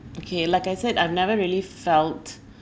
okay like I said I've never really felt